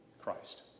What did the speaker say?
Christ